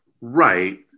Right